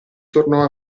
tornò